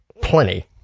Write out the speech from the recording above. plenty